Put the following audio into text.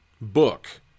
book